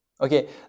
okay